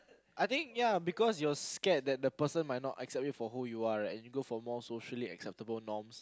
I think ya because you're scared that the person might not accept you for who you are right you go for more socially acceptable norms